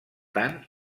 tant